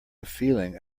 feeling